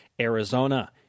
Arizona